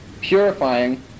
purifying